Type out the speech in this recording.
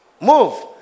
Move